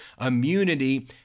immunity